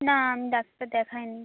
না আমি ডাক্তার দেখাই নি